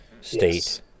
state